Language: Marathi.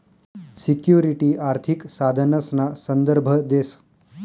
सिक्युरिटी आर्थिक साधनसना संदर्भ देस